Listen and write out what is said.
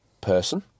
person